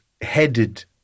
headed